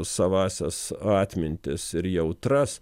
savąsias atmintis ir jautras